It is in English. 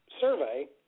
survey